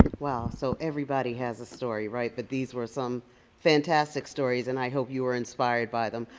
wow. so everybody has a story, right? but these were some fantastic stories, and i hope you were inspired by them.